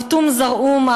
הפטום זרהום,